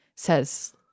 Says